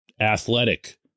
athletic